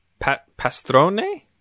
Pastrone